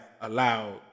allowed